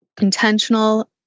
intentional